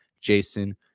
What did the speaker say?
Jason